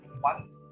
one